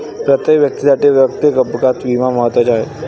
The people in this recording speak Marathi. प्रत्येक व्यक्तीसाठी वैयक्तिक अपघात विमा महत्त्वाचा आहे